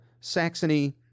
Saxony